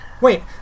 Wait